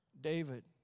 David